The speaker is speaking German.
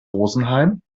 rosenheim